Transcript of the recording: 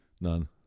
None